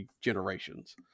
generations